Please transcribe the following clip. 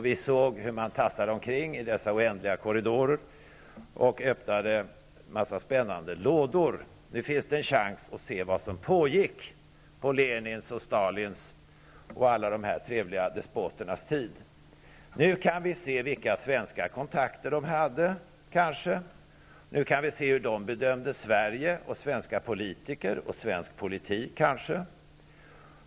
Vi såg hur man tassade omkring i dessa oändliga korridorer och öppnade en massa spännande lådor. Nu finns det en chans att se vad som pågick på Lenins och Stalins och alla dessa trevliga despoters tid. Nu kan vi kanske se vilka svenska kontakter de hade och måhända hur de bedömde Sverige, svenska politiker och svensk politik.